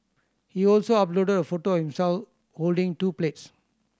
he also uploaded a photo himself holding two plates